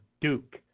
Duke